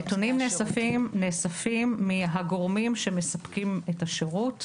הנתונים נאספים מהגורמים שמספקים את השירות,